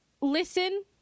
listen